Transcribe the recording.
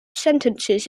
sentences